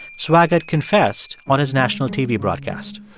swaggart confessed on his national tv broadcast